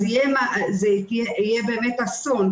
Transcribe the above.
אז זה יהיה באמת אסון,